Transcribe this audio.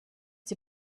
sie